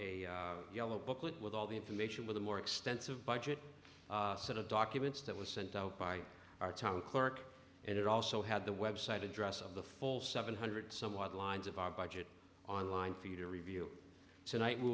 a yellow booklet with all the information with a more extensive budget set of documents that was sent out by our town clerk and it also had the website address of the full seven hundred some odd lines of our budget online for you to review tonight we